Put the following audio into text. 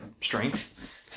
strength